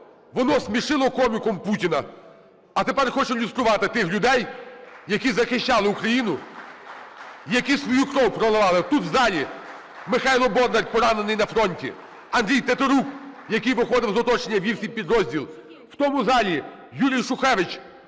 воно смішило коміком Путіна, а тепер хоче люструвати тих людей, які захищали Україну, які свою кров проливали. Тут, в залі, Михайло Бондар, поранений на фронті, Андрій Тетерук, який виходив з оточення і вів свій підрозділ, в цьому залі Юрій Шухевич,